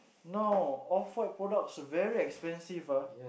now off white products very expensive ah